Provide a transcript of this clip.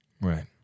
Right